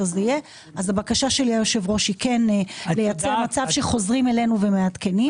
הבקשה שלי היא כן לייצר מצב שחוזרים אלינו ומעדכנים.